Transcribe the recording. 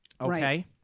Okay